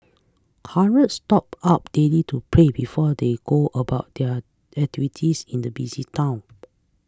hundreds stop up daily to pray before they go about their activities in the busy town